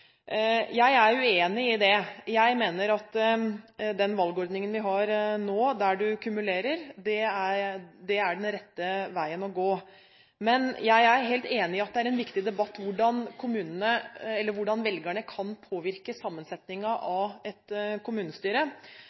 Jeg mener at den valgordningen vi har nå, der du kumulerer, er den rette veien å gå, men jeg er helt enig i at hvordan velgerne kan påvirke sammensetningen av et kommunestyre, er en viktig debatt.